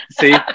See